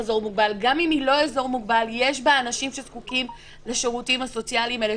גם אם היא לא אזור מוגבל יש בה אנשים שזקוקים לשירותים הסוציאליים האלה,